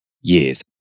years